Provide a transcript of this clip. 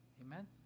Amen